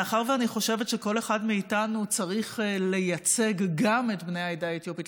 מאחר שאני חושבת שכל אחד מאיתנו צריך לייצג גם את בני העדה האתיופית,